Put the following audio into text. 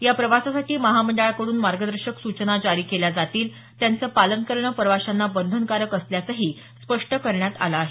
या प्रवासासाठी महामंडळाकडून मार्गदर्शक सूचना जारी केल्या जातील त्यांचं पालन करणं प्रवाशांना बंधनकारक असल्याचंही स्पष्ट करण्यात आलं आहे